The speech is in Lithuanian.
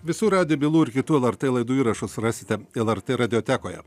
visų radijo bylų ir kitų lrt laidų įrašus rasite lrt radiotekoje